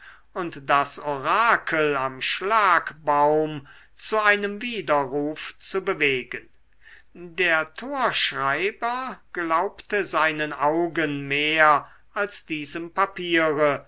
und das orakel am schlagbaum zu einem widerruf zu bewegen der torschreiber glaubte seinen augen mehr als diesem papiere